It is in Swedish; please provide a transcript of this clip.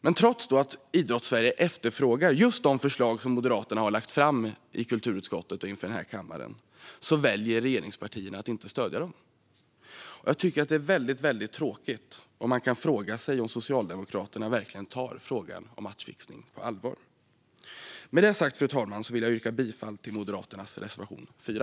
Men trots att Idrottssverige efterfrågar just de förslag som Moderaterna har lagt fram i kulturutskottet och inför den här kammaren väljer regeringspartierna att inte stödja dem. Jag tycker att detta är väldigt tråkigt. Man kan fråga sig om Socialdemokraterna verkligen tar frågan om matchfixning på allvar. Med det sagt, fru talman, vill jag yrka bifall till Moderaternas reservation 4.